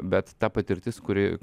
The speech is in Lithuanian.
bet ta patirtis kuri